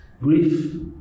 grief